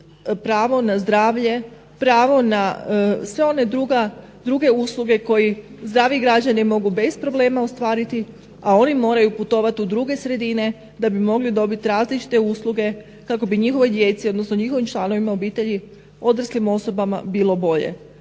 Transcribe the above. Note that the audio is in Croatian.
pravo na zdravlje, pravo na sve one druge usluge koji sami građani mogu bez problema uskladiti a oni moraju putovati u druge sredine da bi mogli dobiti različite usluge kako bi njihovoj djeci odnosno njihovim članovima obitelji odraslim osobama bilo bolje.